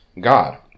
God